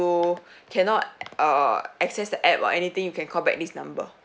cannot uh access the app or anything you can call back this number